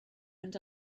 and